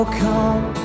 come